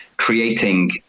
creating